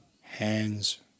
hands